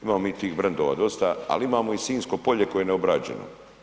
Imamo mi tih brendova dosta, ali imamo i Sinjsko polje koje je neobrađeno.